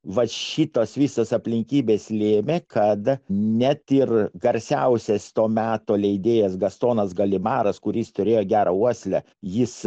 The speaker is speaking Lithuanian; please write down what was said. va šitos visos aplinkybės lėmė kad net ir garsiausias to meto leidėjas gastonas galimaras kuris turėjo gerą uoslę jis